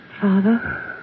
Father